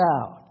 out